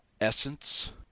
essence